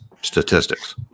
statistics